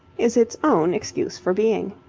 is its own excuse for being.